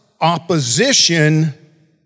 opposition